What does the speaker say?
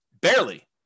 Barely